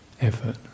effort